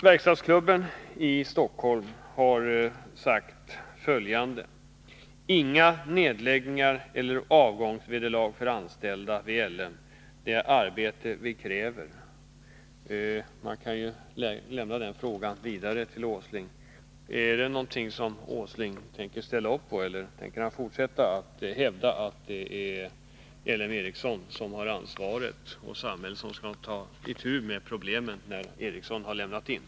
Verkstadsklubben i Stockholm har sagt följande: Inga nedläggningar eller avgångsvederlag för anställda vid L M E. Det är arbete vi kräver. — Man kan ju lämna den saken vidare till Nils Åsling. Är detta någonting som Nils Åsling tänker ställa upp på, eller tänker Nils Åsling fortsätta att hävda att det är L M Ericsson som har ansvaret och att det är samhället som skall ta itu med problemen när Nr 143